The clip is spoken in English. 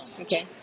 Okay